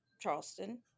Charleston